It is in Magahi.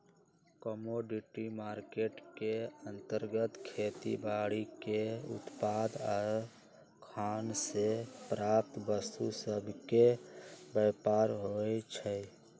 कमोडिटी मार्केट के अंतर्गत खेती बाड़ीके उत्पाद आऽ खान से प्राप्त वस्तु सभके व्यापार होइ छइ